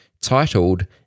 titled